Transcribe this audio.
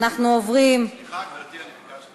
סליחה, גברתי, אני ביקשתי.